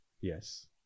Yes